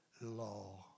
law